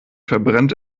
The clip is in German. verbrennt